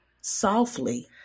softly